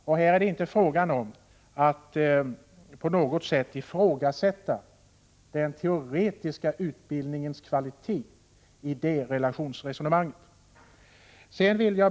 I detta relationsresonemang handlar det inte om att ifrågasätta den teoretiska utbildningens kvalitet.